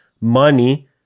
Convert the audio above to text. money